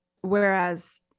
Whereas